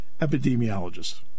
epidemiologist